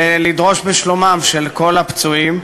ולדרוש בשלומם של כל הפצועים.